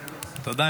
-- תודה.